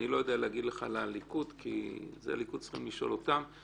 אני לא יודע להגיד לך על הליכוד כי צריך לשאול אותם.